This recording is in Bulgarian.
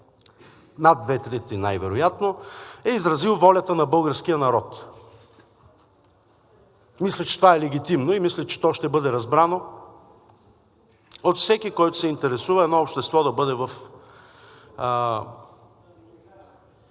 над две трети най-вероятно, волята на българския народ. Мисля, че това е легитимно, и мисля, че то ще бъде разбрано от всеки, който се интересува едно общество да бъде в